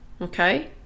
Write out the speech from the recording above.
okay